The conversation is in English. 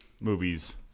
movies